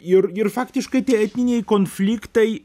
ir ir faktiškai tie etniniai konfliktai